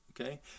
Okay